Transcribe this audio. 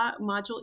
module